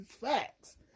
facts